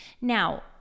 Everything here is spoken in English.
Now